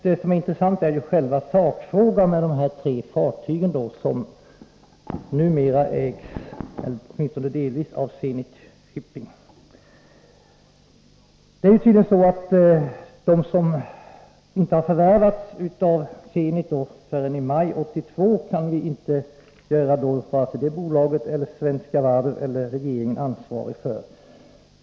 Det intressanta är emellertid själva sakfrågan när det gäller de här tre fartygen som numera ägs, åtminstone delvis, av Zenit Shipping AB. Varken Zenit Shipping AB, Svenska Varv AB eller regeringen kan göras ansvariga för de fartyg som förvärvades av Zenit i maj 1982.